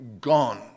gone